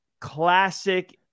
classic